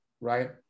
right